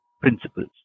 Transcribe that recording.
principles